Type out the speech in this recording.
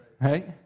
Right